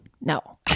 No